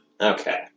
Okay